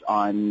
on